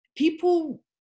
People